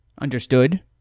Understood